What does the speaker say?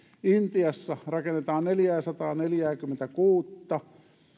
intiassa rakennetaan neljääsataaneljääkymmentäkuutta